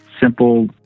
simple